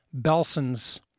Belson's